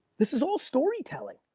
this is all story telling.